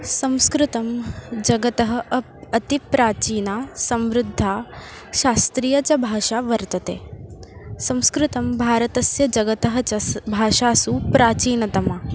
संस्कृतं जगतः अप् अतिप्राचीना समृद्धा शास्त्रीया च भाषा वर्तते संस्कृतं भारतस्य जगतः च स् भाषासु प्राचीनतमा